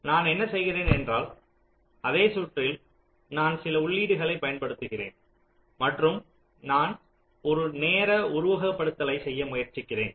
நான் என்ன செய்கிறேன் என்றால் அதே சுற்றில் நான் சில உள்ளீடுகளை பயன்படுத்துகிறேன் மற்றும் நான் ஒரு நேர உருவகப்படுத்துதலைச் செய்ய முயற்சிக்கிறேன்